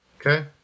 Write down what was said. Okay